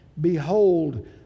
Behold